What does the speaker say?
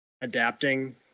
adapting